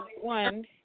one